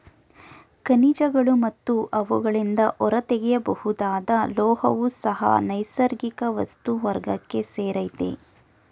ಖನಿಜಗಳು ಮತ್ತು ಅವುಗಳಿಂದ ಹೊರತೆಗೆಯಬಹುದಾದ ಲೋಹವೂ ಸಹ ನೈಸರ್ಗಿಕ ವಸ್ತು ವರ್ಗಕ್ಕೆ ಸೇರಯ್ತೆ